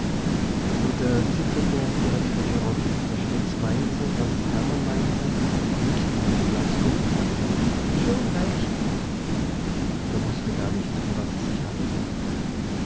und der zitterige direktor birron der stets meinte was hermann meinte nickte mit dem glatzkopf und sagte schon recht er wußte gar nicht um was es sich handelte